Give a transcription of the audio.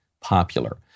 popular